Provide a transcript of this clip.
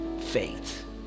faith